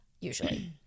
usually